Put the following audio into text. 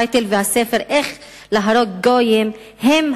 טייטל והספר "איך להרוג גויים" הם